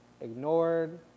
ignored